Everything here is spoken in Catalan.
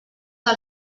del